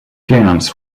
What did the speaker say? cairns